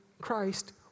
Christ